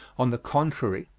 on the contrary,